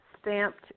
stamped